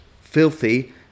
filthy